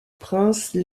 prince